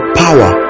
power